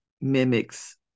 mimics